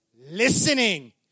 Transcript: listening